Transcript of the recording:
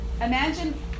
Imagine